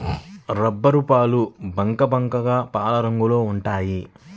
రబ్బరుపాలు బంకబంకగా పాలరంగులో ఉంటాయి